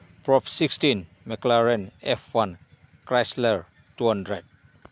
prop sixteen McLaren F one Chrysler two hundred